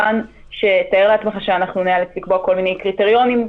אבל תאר לעצמך שאנחנו ניאלץ לקבוע כל מיני קריטריונים.